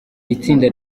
itsinda